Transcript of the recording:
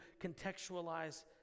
contextualize